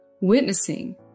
witnessing